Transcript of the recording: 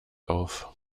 auf